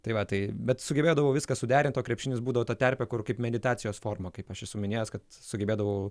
tai va tai bet sugebėdavau viską suderint o krepšinis būdavo ta terpė kur kaip meditacijos forma kaip aš esu minėjęs kad sugebėdavau